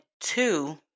Two